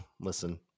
listen